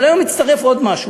אבל היום מצטרף עוד משהו,